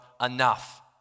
enough